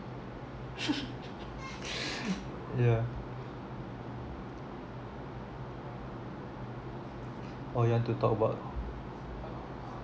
yeah or you want to talk about